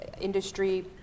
industry